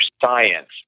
science